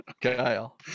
Kyle